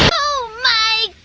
oh my